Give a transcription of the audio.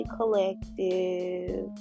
collective